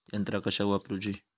यंत्रा कशाक वापुरूची?